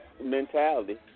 mentality